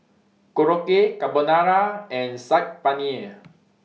Korokke Carbonara and Saag Paneer